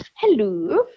Hello